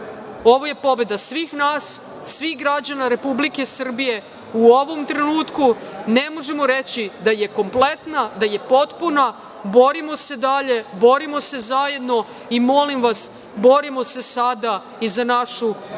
Ovo je pobeda svih nas, svih građana Republike Srbije. U ovom trenutku ne možemo reći da je kompletna, da je potpuna, borimo se dalje, borimo se zajedno i, molim vas, borimo se sada i za našu